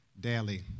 daily